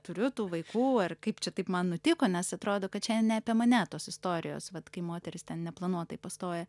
turiu tų vaikų ar kaip čia taip man nutiko nes atrodo kad šiandien ne apie mane tos istorijos vat kai moterys ten neplanuotai pastoja